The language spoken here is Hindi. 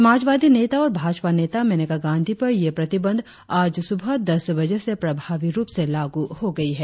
समाजवादी नेता और भाजपा नेता मेनका गांधी पर यह प्रतिबंध आज सुबह दस बजे से प्रभावी रुप से लागू हो गयी है